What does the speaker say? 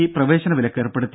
E പ്രവേശന വിലക്ക് ഏർപ്പെടുത്തി